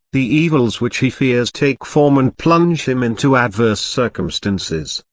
the evils which he fears take form and plunge him into adverse circumstances,